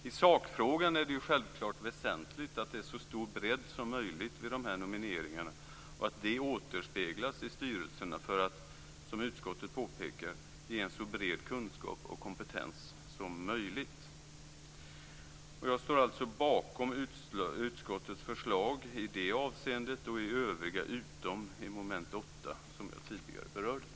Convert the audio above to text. I sakfrågan är det självklart väsentligt att det är så stor bredd som möjligt vid nomineringarna och att det återspeglas i styrelserna för att, som utskottet påpekar, ge en så bred kunskap och kompetens som möjligt. Jag står alltså bakom utskottets förslag i det avseendet och i övriga avseenden utom i mom. 8, som jag tidigare berörde.